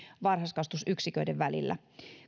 varhaiskasvatusyksiköiden välillä